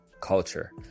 culture